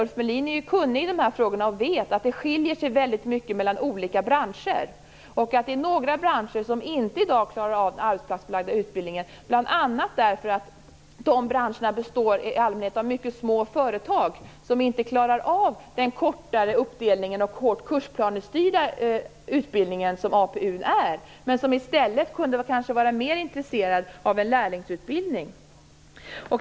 Ulf Melin är kunnig i dessa frågor och vet att det skiljer sig väldigt mycket mellan olika branscher och att några branscher inte klarar av den arbetsplatsförlagda utbildningen bl.a. därför att de branscherna i allmänhet består av mycket små företag som inte klarar av den uppdelning och den kursplanestyrda utbildning som APU innebär. I stället skulle de kanske vara mer intresserade av en lärlingsutbildning.